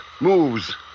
Moves